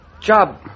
job